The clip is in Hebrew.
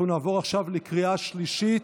אנחנו נעבור עכשיו לקריאה שלישית,